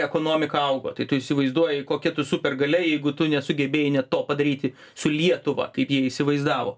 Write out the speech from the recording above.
ekonomika augo tai tu įsivaizduoji kokia tu supergalia jeigu tu nesugebėjai net to padaryti su lietuva kaip jie įsivaizdavo